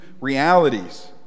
realities